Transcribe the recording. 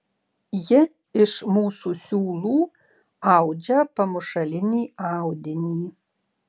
ji iš mūsų siūlų audžia pamušalinį audinį